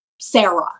Sarah